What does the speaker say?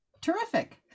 Terrific